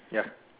ya